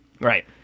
Right